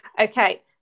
okay